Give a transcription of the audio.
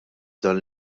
dan